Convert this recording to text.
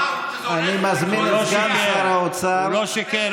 הוא אמר שזה הולך לקרות מייד, הוא לא שיקר.